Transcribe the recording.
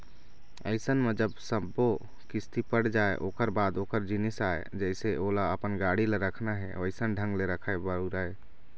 अइसन म जब सब्बो किस्ती पट जाय ओखर बाद ओखर जिनिस आय जइसे ओला अपन गाड़ी ल रखना हे वइसन ढंग ले रखय, बउरय